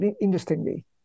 interestingly